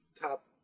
top